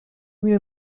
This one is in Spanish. una